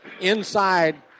inside